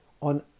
on